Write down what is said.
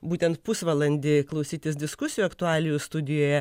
būtent pusvalandį klausytis diskusijų aktualijų studijoje